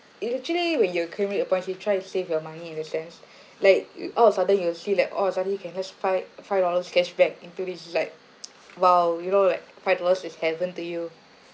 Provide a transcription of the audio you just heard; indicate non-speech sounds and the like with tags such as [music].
it actually when you accumulate the points they try to save your money in that sense like you all of a sudden you'll see like oh suddenly you can has five five dollars cashback into this is like [noise] !wow! you know like five dollars is heaven to you